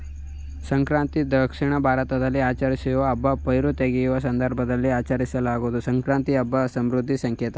ಸಂಕ್ರಾಂತಿ ದಕ್ಷಿಣ ಭಾರತದಲ್ಲಿ ಆಚರಿಸೋ ಹಬ್ಬ ಪೈರು ತೆಗೆಯುವ ಸಂದರ್ಭದಲ್ಲಿ ಆಚರಿಸಲಾಗೊ ಸಂಕ್ರಾಂತಿ ಹಬ್ಬ ಸಮೃದ್ಧಿಯ ಸಂಕೇತ